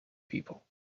people